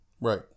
Right